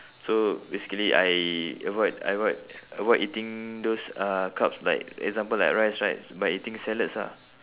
so basically I avoid I avoid avoid eating those uh carbs like example like rice right by eating salads ah